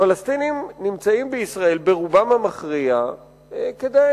פלסטינים נמצאים בישראל ברובם המכריע כדי